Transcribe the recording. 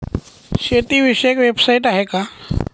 शेतीविषयक वेबसाइट आहे का?